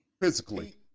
Physically